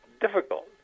difficult